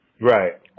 Right